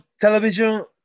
television